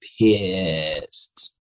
pissed